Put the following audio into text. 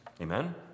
Amen